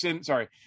sorry